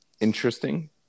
interesting